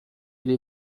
ele